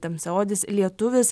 tamsiaodis lietuvis